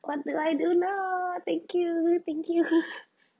what do I do now thank you thank you